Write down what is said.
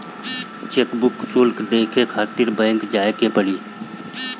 chequebook शुल्क देखे खातिर बैंक जाए के पड़ी